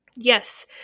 Yes